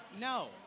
No